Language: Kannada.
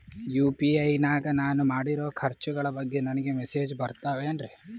ಯು.ಪಿ.ಐ ನಾಗ ನಾನು ಮಾಡಿರೋ ಖರ್ಚುಗಳ ಬಗ್ಗೆ ನನಗೆ ಮೆಸೇಜ್ ಬರುತ್ತಾವೇನ್ರಿ?